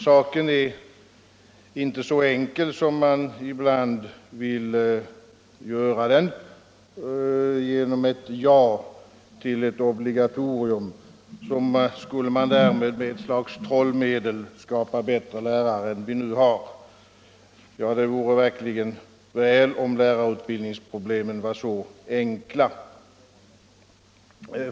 Saken är inte så enkel som man ibland vill göra den genom ett ja till ett obligatorium, liksom skulle man därigenom med ett slags trollmedel skapa bättre lärare än vi nu har. Det vore verkligen väl, om lärarutbildningsproblemen skulle vara så enkla!